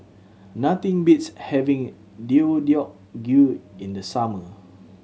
nothing beats having Deodeok Gui in the summer